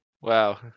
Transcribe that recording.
Wow